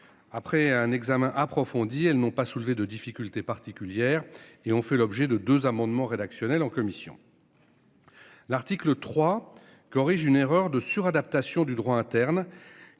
Après un examen approfondi, elles n'ont pas soulevé de difficultés particulières et ont fait l'objet de deux amendements rédactionnels en commission. L'article 3 corrige une erreur de sur-adaptation du droit interne